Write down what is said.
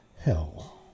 hell